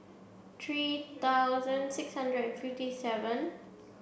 three thousand six hundred fifty seven